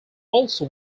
also